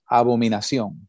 abominación